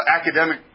academic